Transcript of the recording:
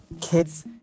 kids